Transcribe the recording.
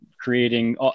creating